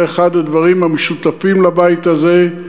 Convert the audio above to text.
זה אחד הדברים המשותפים לבית הזה,